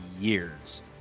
years